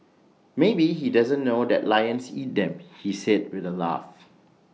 maybe he doesn't know that lions eat them he said with A laugh